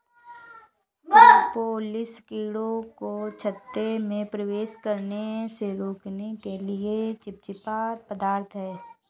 propolis कीड़ों को छत्ते में प्रवेश करने से रोकने के लिए चिपचिपा पदार्थ है